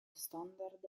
standard